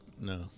No